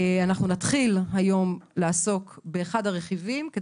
אנחנו נתחיל היום לעסוק באחד הרכיבים,